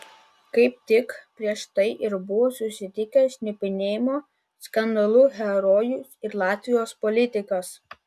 kaip tik prieš tai ir buvo susitikę šnipinėjimo skandalų herojus ir latvijos politikas